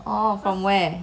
oh from where